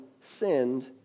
sinned